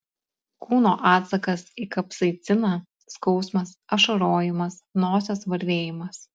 kūno atsakas į kapsaiciną skausmas ašarojimas nosies varvėjimas